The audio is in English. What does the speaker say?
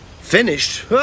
Finished